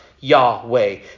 Yahweh